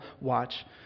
watch